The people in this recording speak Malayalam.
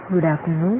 good afternoon